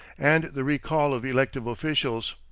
and the recall of elective officials.